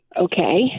Okay